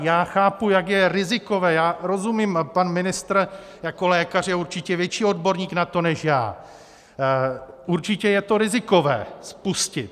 Já chápu, jak je rizikové já rozumím a pan ministr jako lékař je určitě větší odborník na to než já určitě je rizikové to spustit.